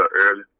early